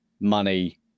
money